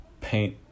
paint